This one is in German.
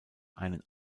einen